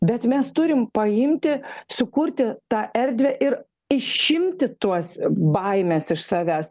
bet mes turim paimti sukurti tą erdvę ir išimti tuos baimes iš savęs